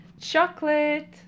chocolate